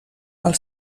als